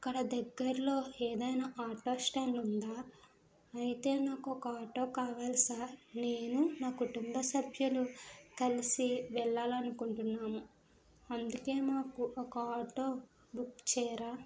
అక్కడ దగ్గర్లో ఏదైనా ఆటో స్ట్యాండ్ ఉందా అయితే నాకొక ఆటో కావాలి సార్ నేను నా కుటుంబ సభ్యులు కలిసి వెళ్లాలనుకుంటున్నాము అందుకే నాకు ఒక ఆటో బుక్ చేయరా